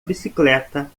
bicicleta